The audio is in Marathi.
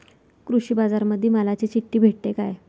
कृषीबाजारामंदी मालाची चिट्ठी भेटते काय?